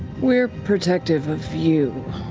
we're protective of you,